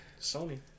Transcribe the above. Sony